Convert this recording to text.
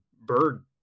bird